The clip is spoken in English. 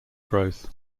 growth